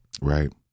right